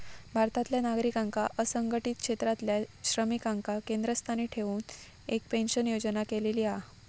भारतातल्या नागरिकांका असंघटीत क्षेत्रातल्या श्रमिकांका केंद्रस्थानी ठेऊन एक पेंशन योजना केलेली हा